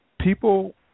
People